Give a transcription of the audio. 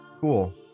Cool